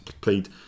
played